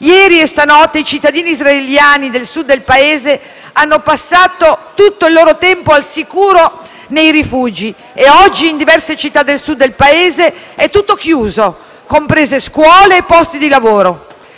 Ieri e stanotte i cittadini israeliani del Sud del Paese hanno passato tutto il loro tempo al sicuro nei rifugi e oggi, in diverse città del Sud del Paese, è tutto chiuso, comprese scuole e posti di lavoro.